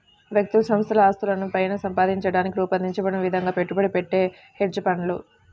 వ్యక్తులు సంస్థల ఆస్తులను పైన సంపాదించడానికి రూపొందించబడిన విధంగా పెట్టుబడి పెట్టే హెడ్జ్ ఫండ్లు